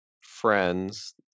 friends